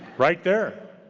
right there,